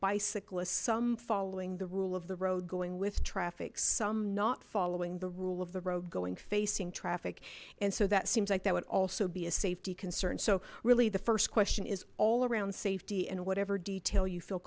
bicyclists um following the rule of the road going with traffic some not following the rule of the road going facing traffic and so that seems like that would also be a safety concern so really the first question is all around safety and whatever detail you feel